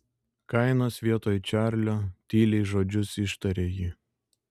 kainas vietoj čarlio tyliai žodžius ištarė ji